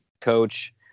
coach